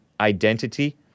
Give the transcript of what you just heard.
identity